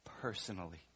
personally